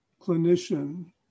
clinician